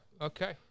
okay